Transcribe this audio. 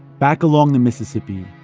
back along the mississippi,